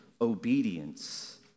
obedience